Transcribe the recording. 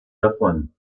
davon